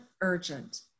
urgent